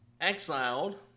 Exiled